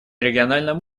региональном